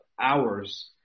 hours